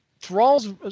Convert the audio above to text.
Thrall's